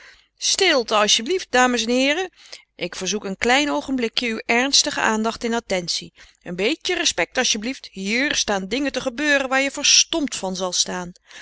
stilte asjeblieft dames en heeren ik verzoek een klein oogenblikje uw ernstige aandacht en attentie een beetje respect asjeblief hier staan dingen te gebeuren waar je verstomd van zal staan